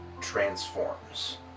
transforms